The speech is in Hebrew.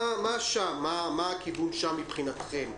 מה הכיוון שם מבחינתכם?